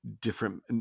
different